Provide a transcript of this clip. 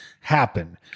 happen